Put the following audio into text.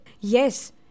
Yes